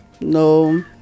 no